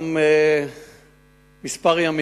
גם ימים